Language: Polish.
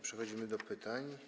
Przechodzimy do pytań.